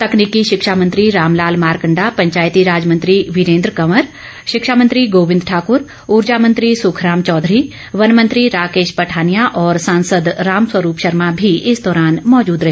तकनीकी शिक्षा मंत्री रामलाल मारकंडा पंचायती राज मंत्री वीरेन्द्र कंवर शिक्षा मंत्री गोविंद ठाकुर उर्जा मंत्री सुखराम चौधरी वनमंत्री राकेश पठानिया और सांसद रामस्वरूप शर्मा भी इस दौरान मौजूद रहे